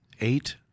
eight